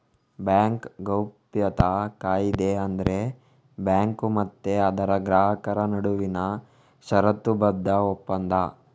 bank ಗೌಪ್ಯತಾ ಕಾಯಿದೆ ಅಂದ್ರೆ ಬ್ಯಾಂಕು ಮತ್ತೆ ಅದರ ಗ್ರಾಹಕರ ನಡುವಿನ ಷರತ್ತುಬದ್ಧ ಒಪ್ಪಂದ